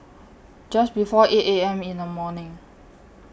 Just before eight A M in The morning